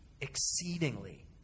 exceedingly